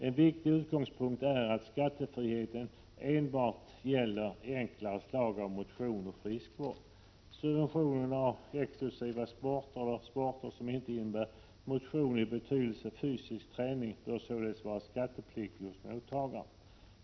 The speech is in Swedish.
En viktig utgångspunkt är att skattefriheten enbart gäller enklare slag av motion och friskvård. Subvention av exklusiva sporter eller sporter som inte innebär motion i betydelsen fysisk träning bör således vara skattepliktig hos mottagaren.